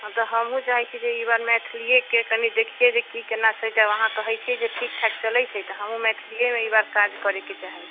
हँ तऽ हमहूँ चाहैत छी जे ई बार मैथिलियेके कनी देखियै जे की केना छै तऽ अहाँ कहैत छी जे ठीक ठाक चलैत छै तऽ हमहूँ मैथलीयेमे ई बार काज करेके चाहैत छी